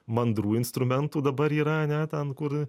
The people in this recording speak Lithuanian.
mandrų instrumentų dabar yra ane ten kur